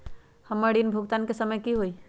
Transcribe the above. हमर ऋण भुगतान के समय कि होई?